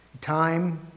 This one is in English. Time